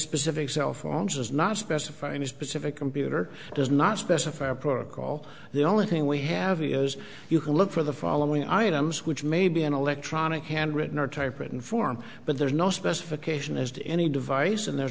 specific cell phones is not specify any specific computer does not specify a protocol the only thing we have ears you can look for the following items which may be an electronic handwritten or typewritten form but there is no specification as to any device and there